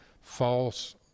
false